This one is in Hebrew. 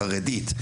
החרדית,